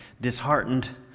disheartened